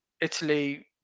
Italy